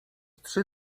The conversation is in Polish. trzy